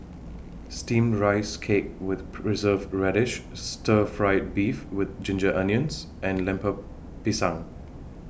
Steamed Rice Cake with Preserved Radish Stir Fried Beef with Ginger Onions and Lemper Pisang